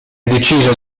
deciso